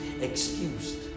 excused